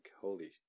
holy